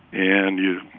and, you